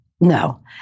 No